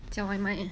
叫外卖